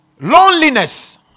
Loneliness